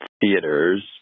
theaters